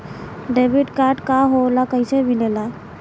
Debit card का होला कैसे मिलेला?